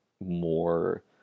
more